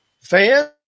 fans